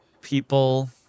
people